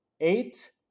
eight